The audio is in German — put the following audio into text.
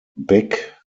beck